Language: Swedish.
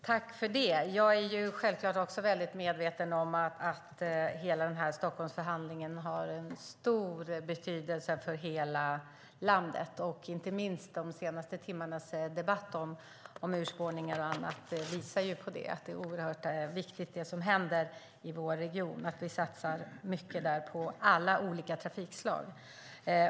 Fru talman! Jag är självklart medveten om att hela Stockholmsförhandlingen har en stor betydelse för hela landet. Inte minst de senaste timmarnas debatt om urspårningar och annat visar på att satsningar på alla trafikslag i vår region är oerhört viktiga.